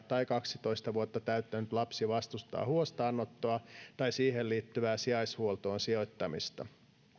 tai kaksitoista vuotta täyttänyt lapsi vastustaa huostaanottoa tai siihen liittyvää sijaishuoltoon sijoittamista